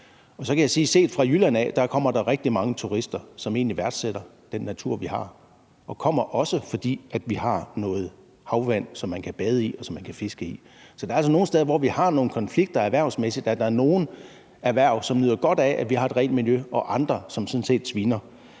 Og så kan jeg sige, at set fra Jylland af kommer der rigtig mange turister, som egentlig værdsætter den natur, vi har, og også kommer, fordi vi har noget havvand, som man kan bade i, og som man kan fiske i. Så der er altså nogle steder, hvor vi har nogle konflikter erhvervsmæssigt, og hvor der er nogle erhverv, som nyder godt af, at vi har et rent miljø, og andre, som sådan set sviner.